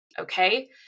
okay